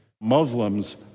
Muslims